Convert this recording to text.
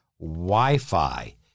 Wi-Fi